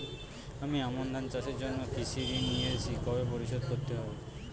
আমি আমন ধান চাষের জন্য কৃষি ঋণ নিয়েছি কবে পরিশোধ করতে হবে?